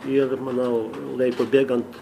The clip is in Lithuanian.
ir manau laikui bėgant